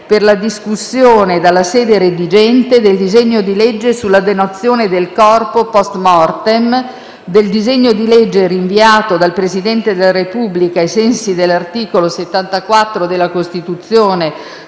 per la discussione dalla sede redigente del disegno di legge sulla donazione del corpo *post mortem*, del disegno di legge rinviato dal Presidente della Repubblica ai sensi dell'articolo 74 della Costituzione